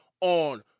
on